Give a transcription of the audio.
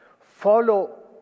Follow